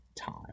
time